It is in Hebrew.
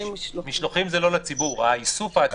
משלוחים זה לא לציבור, האיסוף העצמי.